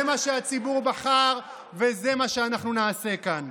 זה מה שהציבור בחר וזה מה שאנחנו נעשה כאן.